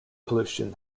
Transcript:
pollution